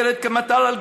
ירד כמטר על גז,